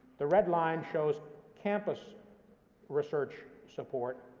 the red line shows campus research support.